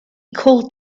called